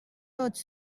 tots